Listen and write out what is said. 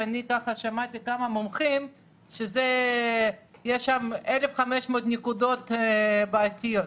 כששמעתי מכמה מומחים שיש שם אלף וחמש מאות נקודות בעייתיות.